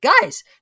guys